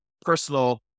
personal